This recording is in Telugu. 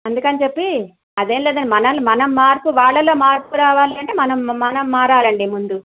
అందుకనిజెప్పి అదేమి లేదండి మనం మనం మారుతూ వాళ్ళలో మార్పు రావాలి అంటే మనం మనం మారాలండి ముందు